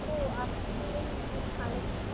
তো আপনার ওই খালের ধারে